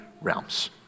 realms